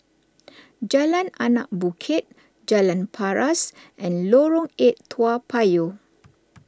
Jalan Anak Bukit Jalan Paras and Lorong eight Toa Payoh